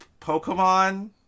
Pokemon